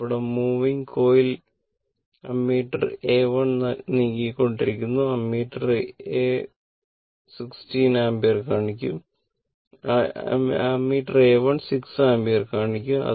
ഇവിടെ moving coil coil ammeter A1 നീങ്ങിക്കൊണ്ടിരിക്കുന്നു ammeter A 1 6 ampere കാണിക്കും